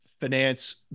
finance